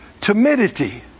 timidity